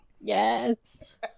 Yes